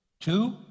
Two